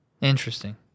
Interesting